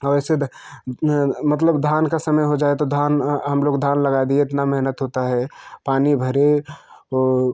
और ऐसे मतलब धान का समय हो जाए धान हम लोग धान लगा दिए इतना मेहनत होता है पानी भरे और